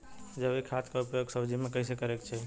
जैविक खाद क उपयोग सब्जी में कैसे करे के चाही?